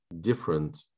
different